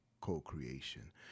co-creation